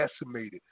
decimated